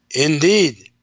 Indeed